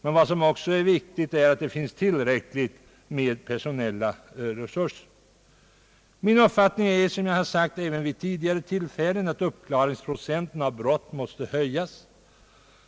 Men det viktiga är att polisen har tillräckliga personella resurser. Min uppfattning är, som jag sagt även vid tidigare tillfällen, att uppklaringsprocenten när det gäller brott måste höjas.